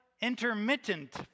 intermittent